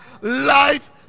life